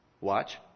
Watch